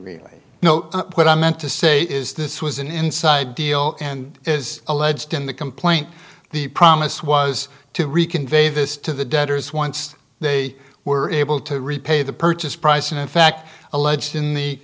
i know what i meant to say is this was an inside deal and is alleged in the complaint the promise was to reconvene this to the debtors once they were able to repay the purchase price and in fact alleged in the